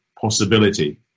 possibility